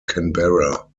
canberra